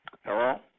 Hello